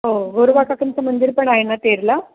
हो गोरोबा काकांचं मंदिर पण आहे ना तेरला